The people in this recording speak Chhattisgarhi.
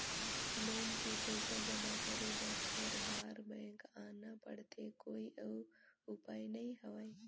लोन के पईसा जमा करे बर हर बार बैंक आना पड़थे कोई अउ उपाय नइ हवय?